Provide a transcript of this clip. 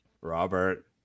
Robert